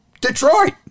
Detroit